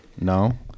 no